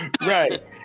Right